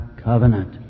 Covenant